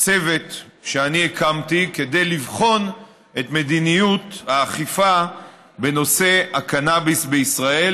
צוות שאני הקמתי כדי לבחון את מדיניות האכיפה בנושא הקנאביס בישראל,